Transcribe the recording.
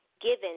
given